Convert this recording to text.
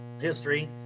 history